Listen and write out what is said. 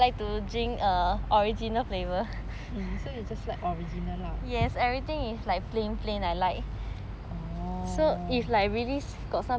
so you just like original lah orh